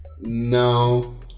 no